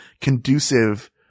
conducive